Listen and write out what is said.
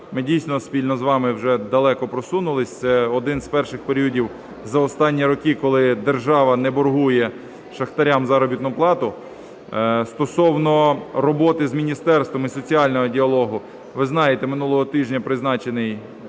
Ми дійсно, спільно з вами, вже далеко просунулися. Це один з перших періодів за останні роки, коли держава не боргує шахтарям заробітну плату. Стосовно роботи з міністерством і соціального діалогу. Ви знаєте, минулого тижня призначений,